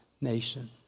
nation